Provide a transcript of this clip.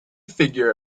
figure